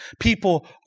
people